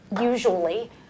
usually